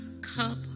cup